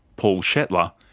paul shetler,